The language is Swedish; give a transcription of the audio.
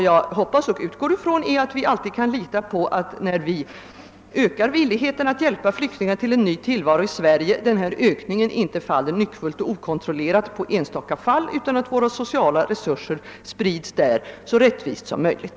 Jag hoppas att vi alltid kan lita på att när vi ökar villigheten att hjälpa flyktingar till en ny tillvaro i Sverige, ökningen inte faller nyckfullt och okontrollerat på enstaka fall, utan att våra sociala resurser sprids så rättvist som möjligt.